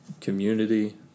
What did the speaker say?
Community